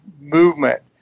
movement